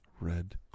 red